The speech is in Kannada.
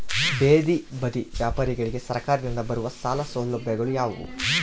ಬೇದಿ ಬದಿ ವ್ಯಾಪಾರಗಳಿಗೆ ಸರಕಾರದಿಂದ ಬರುವ ಸಾಲ ಸೌಲಭ್ಯಗಳು ಯಾವುವು?